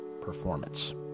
performance